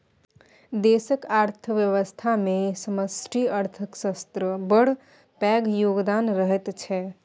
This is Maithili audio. देशक अर्थव्यवस्थामे समष्टि अर्थशास्त्रक बड़ पैघ योगदान रहैत छै